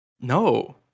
No